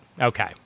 Okay